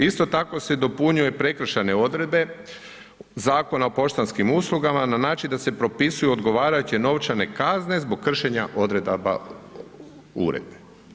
Isto tako se dopunjuje prekršajne odredbe Zakona o poštanskim uslugama na način da se propisuje odgovarajuće novčane kazne zbog kršenja odredaba uredbe.